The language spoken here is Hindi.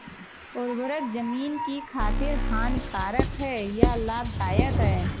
उर्वरक ज़मीन की खातिर हानिकारक है या लाभदायक है?